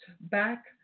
back